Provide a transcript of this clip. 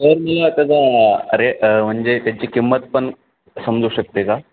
sir मी हा त्याचा रेट म्हणजे त्याची किंमत पण समजू शकते का